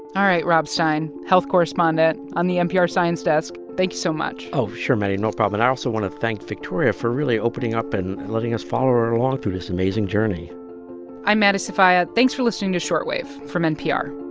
all right, rob stein, health correspondent on the npr science desk. thank you so much oh, sure, maddie. no problem. and i also want to thank victoria for really opening up and letting us follow her along through this amazing journey i'm maddie sofia. thanks for listening to short wave from npr.